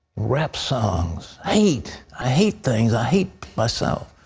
rap songs. hate i hate things, i hate myself.